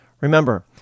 Remember